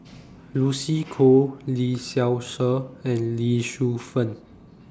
Lucy Koh Lee Seow Ser and Lee Shu Fen